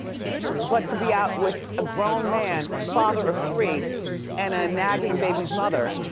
but to be out with a grown man, father of three and a nagging baby's mother.